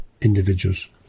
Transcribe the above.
individuals